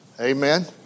Amen